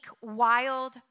wild